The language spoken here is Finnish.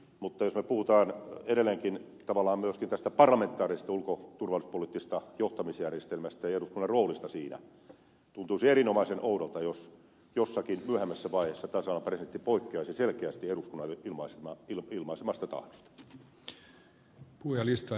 mutta jos me puhumme edelleenkin tavallaan myöskin tästä parlamentaarisesta ulko ja turvallisuuspoliittisesta johtamisjärjestelmästä ja eduskunnan roolista siinä tuntuisi erinomaisen oudolta jos jossakin myöhemmässä vaiheessa tasavallan presidentti poikkeaisi selkeästi eduskunnan ilmaisemasta tahdosta